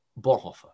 Bonhoeffer